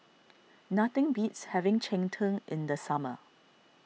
nothing beats having Cheng Tng in the summer